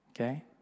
okay